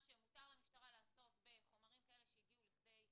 שמותר למשטרה לעשות בחומרים כאלה שהגיעו לכדי חקירה.